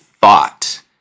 thought